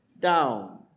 Down